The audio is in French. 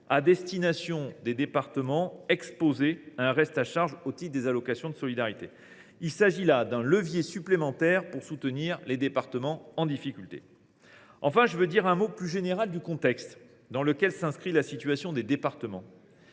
à destination des départements exposés à un reste à charge au titre des allocations de solidarité. Il s’agit là d’un levier supplémentaire pour soutenir les départements en difficulté. Enfin, je veux dire un mot plus général du contexte dans lequel s’inscrit la situation des départements.